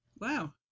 Wow